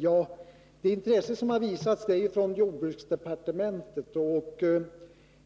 Ja, intresse har ju visats från jordbruksdepartementet. Men